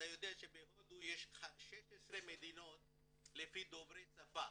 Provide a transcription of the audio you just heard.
בהודו יש 16 מדינות לפי דוברי שפה,